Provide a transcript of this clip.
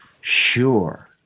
sure